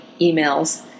emails